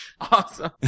Awesome